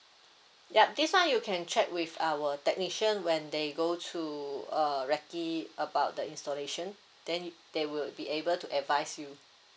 yup this one you can check with our technician when they go to uh recce about the installation then they will be able to advise you